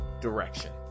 direction